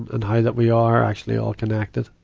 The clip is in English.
and how that we are actually all connected.